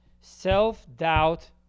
self-doubt